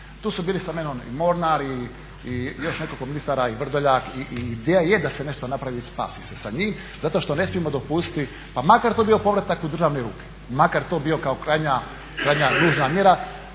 Tu su bili spomenuli i Mornara, i još nekoliko ministara, i Vrdoljak i ideja je da se nešto napravi i spasi se sa njim zato što ne smijemo dopustiti, pa makar to bio povratak u državne ruke, makar to bio kao krajnja nužna mjera.